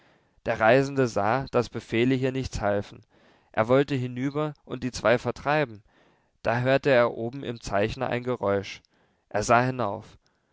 der reisende sah daß befehle hier nichts halfen er wollte hinüber und die zwei vertreiben da hörte er oben im zeichner ein geräusch er sah hinauf